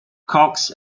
cox